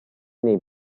nei